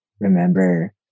Remember